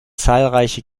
zahlreiche